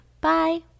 Bye